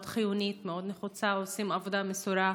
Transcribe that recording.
מאוד חיונית, מאוד נחוצה, שעושה עבודה מסורה: